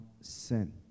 sin